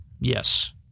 Yes